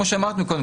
כמו שאמרת קודם,